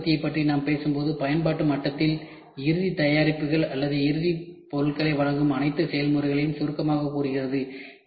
விரைவு உற்பத்தியைப் பற்றி நாம் பேசும்போது பயன்பாட்டு மட்டத்தில் இறுதி தயாரிப்புகள் அல்லது இறுதிப் பகுதிகளை வழங்கும் அனைத்து செயல்முறைகளையும் சுருக்கமாகக் கூறுகிறது